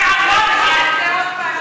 זה אפרטהייד,